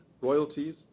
royalties